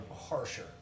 harsher